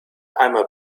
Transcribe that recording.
einmal